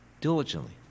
diligently